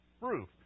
roof